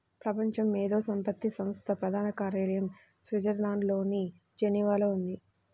ప్రపంచ మేధో సంపత్తి సంస్థ ప్రధాన కార్యాలయం స్విట్జర్లాండ్లోని జెనీవాలో ఉంది